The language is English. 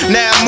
Now